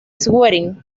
schwerin